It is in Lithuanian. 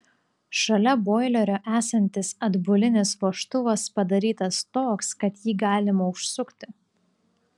šalia boilerio esantis atbulinis vožtuvas padarytas toks kad jį galima užsukti